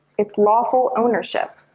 it's lawful ownership.